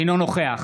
אינו נוכח